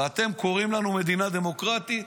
ואתם קוראים לנו מדינה דמוקרטית?